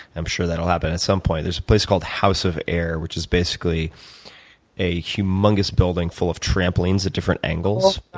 i'm sure that'll happen at some point, there's place called house of air, which is basically a humungous building full of trampolines at different angles.